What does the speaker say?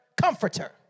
comforter